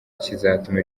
kizatuma